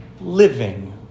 living